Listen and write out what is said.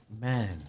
man